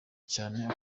cyane